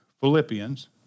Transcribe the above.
Philippians